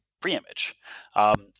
pre-image